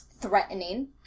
threatening